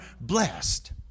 blessed